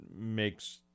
makes